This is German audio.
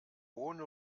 ohne